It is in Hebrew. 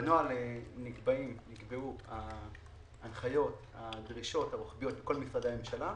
בנוהל נקבעו הדרישות הרוחביות לכל משרדי הממשלה,